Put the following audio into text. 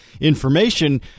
information